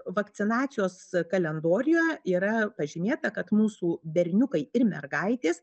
vakcinacijos kalendoriuje yra pažymėta kad mūsų berniukai ir mergaitės